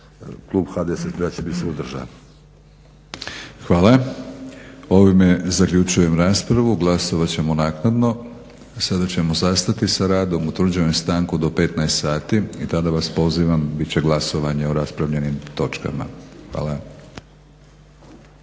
**Batinić, Milorad (HNS)** Hvala. Ovime zaključujem raspravu. Glasovat ćemo naknadno. Sada ćemo zastati sa radom. Utvrđujem stanku do 15,00 sati i tada vas pozivam bit će glasovanje o raspravljenim točkama. Hvala.